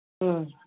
ꯎꯝ